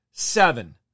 Seven